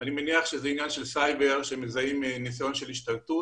אני מניח שזה עניין של סייבר כשמזהים ניסיון של השתלטות.